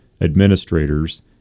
administrators